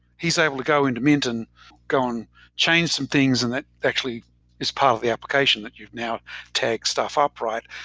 he's able to go into mint and go and change some things and that actually is part of the application that you've now tagged stuff ah up, right?